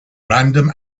random